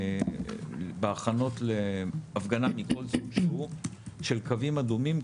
האם בהכנות להפגנה יש הגדרה מכל סוג שהוא של קווים אדומים?